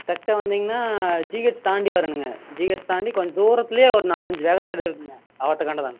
தைக்க வந்தீங்கன்னா ஜிஹெச் தாண்டி வரணுங்க ஜிஹெச் தாண்டி கொஞ்ச தூரத்துலயே ஒரு நாலஞ்சு வேகத்தடை இருக்குங்க அவத்துக்காண்ட தாங்க